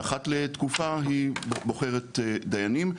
ואחת לתקופה היא בוחרת דיינים.